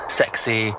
sexy